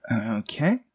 Okay